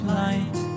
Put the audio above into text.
light